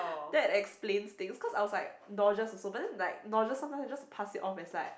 that explains things cause I was like nauseous also but then like nauseous sometimes it just pass it off as like